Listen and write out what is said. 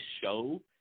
show